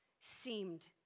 seemed